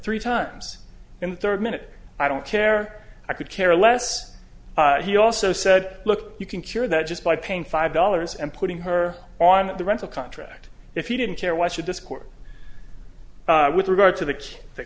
three times in the third minute i don't care i could care less he also said look you can cure that just by paying five dollars and putting her on the rental contract if you didn't care why should this court with regard to the